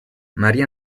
maria